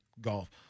golf